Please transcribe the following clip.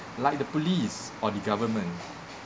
like the police or the government